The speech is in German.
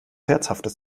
herzhaftes